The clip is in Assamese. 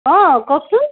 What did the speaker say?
অ কওকচোন